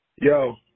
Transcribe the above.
Yo